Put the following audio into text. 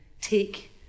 take